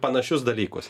panašius dalykus